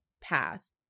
path